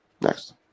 Next